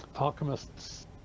alchemists